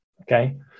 okay